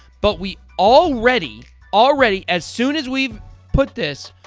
but we already already as soon as we've put this,